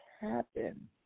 happen